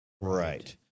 Right